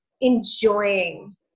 enjoying